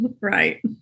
Right